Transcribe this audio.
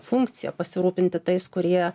funkcija pasirūpinti tais kurie